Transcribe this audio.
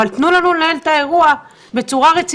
אבל תנו לנו לנהל את האירוע בצורה רצינית.